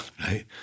right